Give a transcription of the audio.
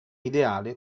ideale